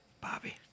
Bobby